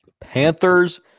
Panthers